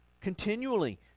Continually